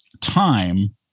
time